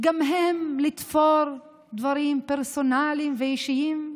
גם הם לתפור דברים פרסונליים ואישיים?